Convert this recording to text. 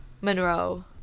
Monroe